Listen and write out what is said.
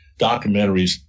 documentaries